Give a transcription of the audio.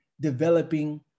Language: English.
developing